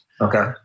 Okay